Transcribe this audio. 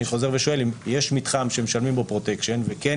אני חוזר ושואל אם יש מתחם שמשלמים בו פרוטקשן וכן